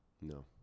No